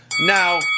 Now